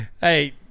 Hey